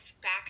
back